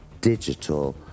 digital